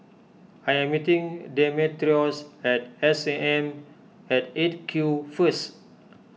I am meeting Demetrios at S A M at eight Q first